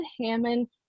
Hammond